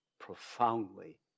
profoundly